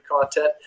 content